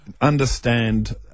understand